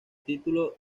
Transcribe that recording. título